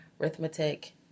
arithmetic